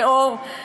אור.